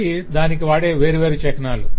ఇవి దానికి వాడే వేర్వేరు చిహ్నాలు